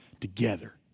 together